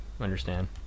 understand